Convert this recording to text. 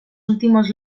últimos